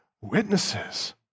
witnesses